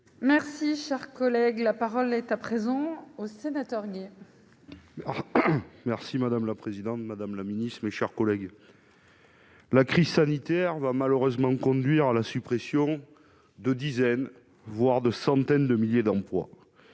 Merci, cher collègue, la parole est à présent aux sénatoriales. Merci madame la présidente, madame la Ministre, mes chers collègues. La crise sanitaire va, malheureusement, conduire à la suppression de dizaines voire de centaines de milliers d'emplois,